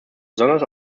besonders